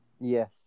Yes